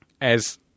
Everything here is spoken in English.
as-